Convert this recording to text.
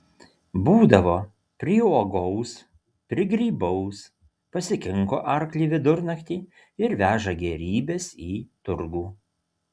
būdavo priuogaus prigrybaus pasikinko arklį vidurnaktį ir veža gėrybes į turgų